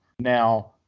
Now